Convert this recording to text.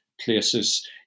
places